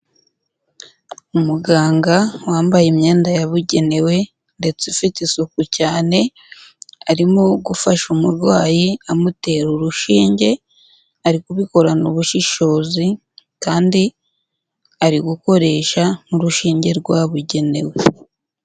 Umuganga wambaye imyenda yabugenewe ndetse ufite isuku cyane, arimo gufasha umurwayi amutera urushinge, ari kubikorana ubushishozi kandi ari gukoresha n'urushinge rwabugenewe.